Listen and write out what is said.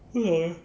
不懂 eh